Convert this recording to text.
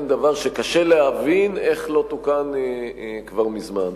דבר שקשה להבין איך לא תוקן כבר מזמן.